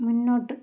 മുന്നോട്ട്